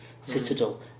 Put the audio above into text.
citadel